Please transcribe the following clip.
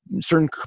certain